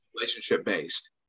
relationship-based